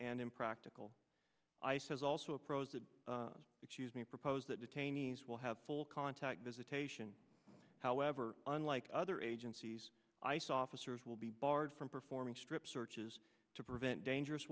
and impractical i says also approach the excuse me propose that detainees will have full contact visitation however unlike other agencies ice officers will be barred from performing strip searches to prevent dangerous